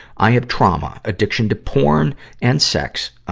i have trauma, addiction to porn and sex.